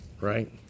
Right